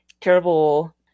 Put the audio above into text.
terrible